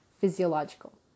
physiological